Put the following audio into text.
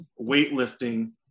weightlifting